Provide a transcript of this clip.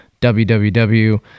www